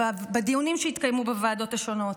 בדיונים שיתקיימו בוועדות השונות,